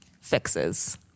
fixes